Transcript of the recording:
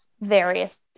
various